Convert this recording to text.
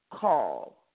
call